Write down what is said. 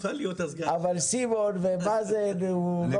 אבל סימון ומאזן, לא פחות.